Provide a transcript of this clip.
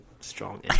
strong